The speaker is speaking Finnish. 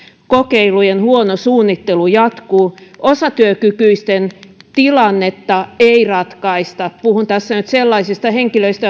kokeilujen huono suunnittelu jatkuu osatyökykyisten tilannetta ei ratkaista puhun tässä nyt sellaisista henkilöistä